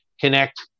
connect